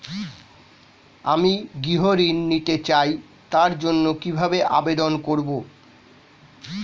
আমি গৃহ ঋণ নিতে চাই তার জন্য কিভাবে আবেদন করব?